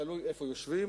תלוי איפה יושבים.